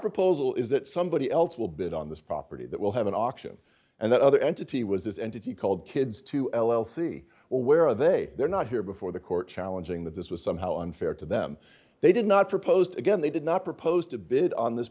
proposal is that somebody else will bid on this property that will have an auction and that other entity was this entity called kids to l l c well where are they there not here before the court challenging that this was somehow unfair to them they did not proposed again they did not propose to bid on this